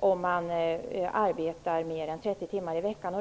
om man arbetar mer än 30 timmar i veckan.